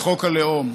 לחוק הלאום.